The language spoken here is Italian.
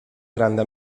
grande